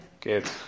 Good